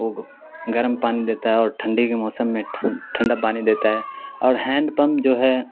وہ گرم پانی دیتا ہے اور ٹھنڈی کے موسم میں ٹھنڈا پانی دیتا ہے اور ہینڈ پمپ جو ہے